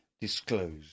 disclosed